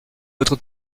votre